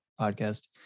podcast